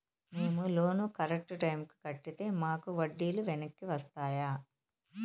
మేము loan correct టైముకి కట్టితే మాకు వడ్డీ లు వెనక్కి వస్తాయా?